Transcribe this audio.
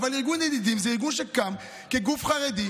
ארגון ידידים זה ארגון שקם כגוף חרדי.